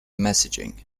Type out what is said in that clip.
messaging